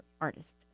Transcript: artist